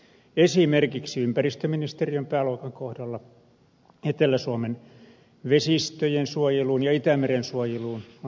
esimerkiksi ympäristöministeriön pääluokan kohdalla etelä suomen vesistöjen suojelusta ja itämeren suojelusta on ed